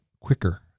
quicker